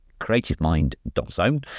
creativemind.zone